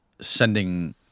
sending